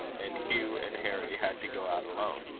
and hugh and harry had to go out alone.